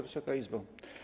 Wysoka Izbo!